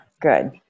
good